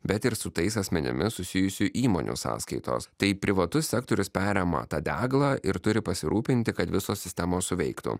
bet ir su tais asmenimis susijusių įmonių sąskaitos tai privatus sektorius perema tą deglą ir turi pasirūpinti kad visos sistemos suveiktų